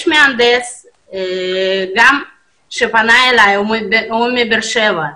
יש מהנדס שפנה אלי, הוא מבאר שבע,